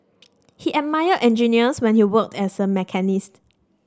he admired engineers when he worked as a machinist